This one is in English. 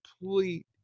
complete